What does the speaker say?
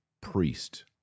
priest